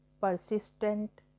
persistent